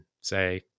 say